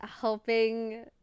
helping